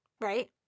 Right